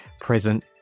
present